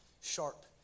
sharp